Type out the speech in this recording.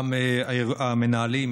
גם המנהלים,